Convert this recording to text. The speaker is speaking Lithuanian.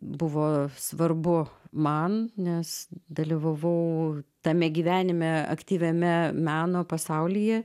buvo svarbu man nes dalyvavau tame gyvenime aktyviame meno pasaulyje